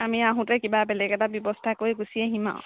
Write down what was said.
আমি আহোতে কিবা বেলেগ এটা ব্যৱস্থা কৰি গুচি আহিম আৰু